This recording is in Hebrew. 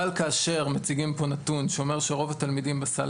כאשר מציגים פה נתון שאומר שרוב התלמידים בסל